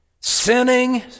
sinning